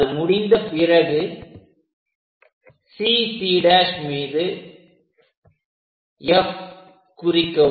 அது முடிந்த பிறகு CC' மீது F குறிக்கவும்